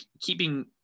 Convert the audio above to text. keeping